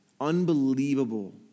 Unbelievable